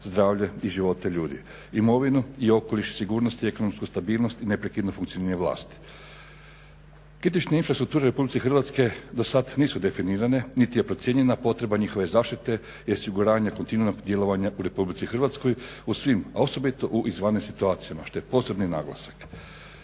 zdravlje i život ljudi, imovinu i okoliš, sigurnost i ekonomsku stabilnost i neprekidno funkcioniranje vlasti. Kritične infrastrukture u Republici Hrvatskoj dosad nisu definirane niti je procijenjena potreba njihove zaštite i osiguranja kontinuiranog djelovanja u Republici Hrvatskoj u svim, a osobito u izvanrednim situacijama što je posebni naglasak.